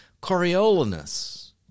Coriolanus